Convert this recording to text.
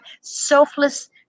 selfless